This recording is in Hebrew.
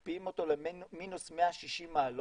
מקפיאים אותו למינוס 160 מעלות,